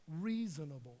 reasonable